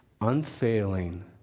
unfailing